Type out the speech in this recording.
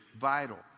vital